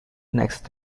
next